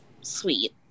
sweet